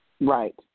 Right